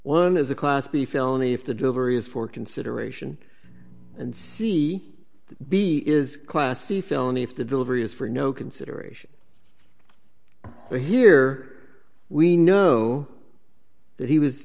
one is a class b felony if the delivery is for consideration and c b is class c felony if the delivery is for no consideration but here we know that he was